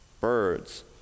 birds